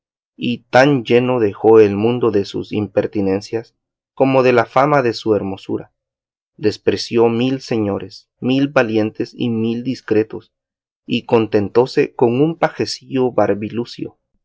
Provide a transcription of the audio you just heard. y tan lleno dejó el mundo de sus impertinencias como de la fama de su hermosura despreció mil señores mil valientes y mil discretos y contentóse con un pajecillo